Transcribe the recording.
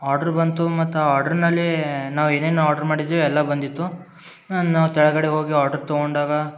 order ಬಂತು ಮತ್ತು ಆ ಆಡ್ರುನಲ್ಲಿ ನಾವು ಏನೇನು ಆರ್ಡ್ರ್ ಮಾಡಿದ್ದೀವಿ ಎಲ್ಲ ಬಂದಿತ್ತು ನಾನು ಕೆಳಗಡೆ ಹೋಗಿ ಆರ್ಡ್ರ್ ತಗೊಂಡಾಗ